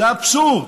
זה אבסורד.